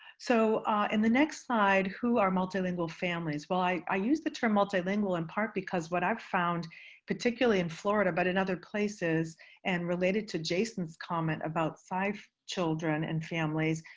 so in the next slide, who are multilingual families? well i i use the term multilingual in part because what i've found particularly in florida, but in other places and related to jason's comment about sife children and families,